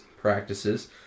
practices